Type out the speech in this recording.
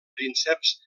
prínceps